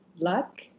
luck